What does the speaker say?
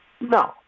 No